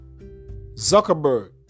Zuckerberg